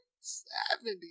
Seventy